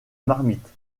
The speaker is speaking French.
marmite